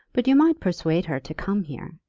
but you might persuade her to come here.